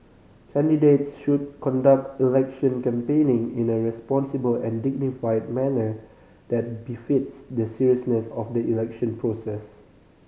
candidates should conduct election campaigning in a responsible and dignified manner that befits the seriousness of the election process